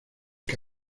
que